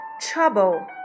trouble